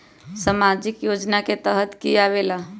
समाजिक योजना के तहद कि की आवे ला?